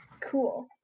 Cool